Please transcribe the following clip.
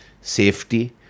safety